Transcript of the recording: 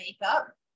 makeup